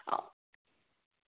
ಆ